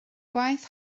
gwaith